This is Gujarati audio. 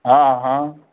હા હં